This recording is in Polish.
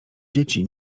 dzieci